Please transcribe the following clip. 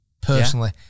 personally